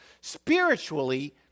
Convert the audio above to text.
Spiritually